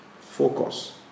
Focus